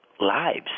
lives